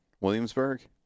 Williamsburg